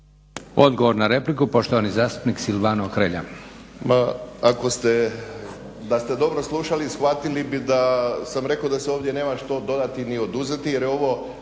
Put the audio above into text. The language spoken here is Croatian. odgovor na repliku, poštovani zastupnik Davor